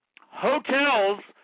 Hotels